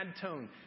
tone